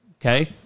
okay